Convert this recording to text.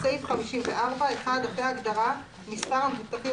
בסעיף 54 - אחרי ההגדרה ״מספר המבוטחים